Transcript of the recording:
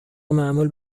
معمول